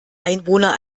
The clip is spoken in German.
einwohner